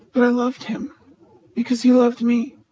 but i loved him because he loved me.